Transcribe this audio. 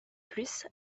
plus